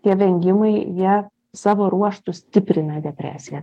tie vengimai jie savo ruožtu stiprina depresiją